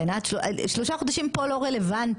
כן עד שלושה חודשים פה לא רלוונטי,